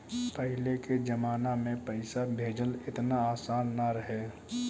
पहिले के जमाना में पईसा भेजल एतना आसान ना रहे